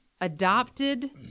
adopted